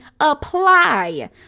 apply